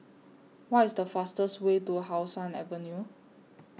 What IS The fastest Way to How Sun Avenue